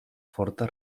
forta